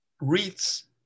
reads